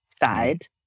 side